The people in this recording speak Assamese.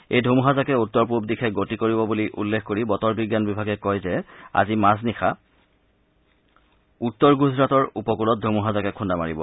এই ধুমুহা জাকে উত্তৰ পুৱ দিশে গতি কৰিব বুলি উল্লেখ কৰি বতৰ বিজ্ঞান বিভাগে কয় যে আজি মাজনিশা উত্তৰ গুজৰাটৰ উপকূলত ধুমুহাজাকে খুন্দা মাৰিব